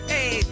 Hey